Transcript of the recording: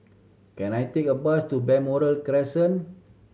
can I take a bus to Balmoral Crescent